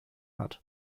hat